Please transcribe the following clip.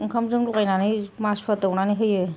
ओंखामजों लगायनानै मासुवा दौनानै होयो